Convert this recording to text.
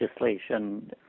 legislation